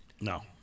No